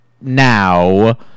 now